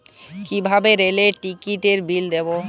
কিভাবে রেলের টিকিটের বিল দেবো?